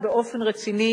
ישראל.